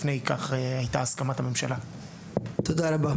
תודה רבה.